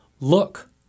Look